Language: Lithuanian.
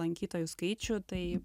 lankytojų skaičių tai